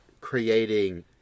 creating